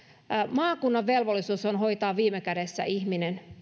maakunnan velvollisuus on hoitaa viime kädessä ihminen